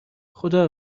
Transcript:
خدا